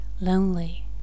lonely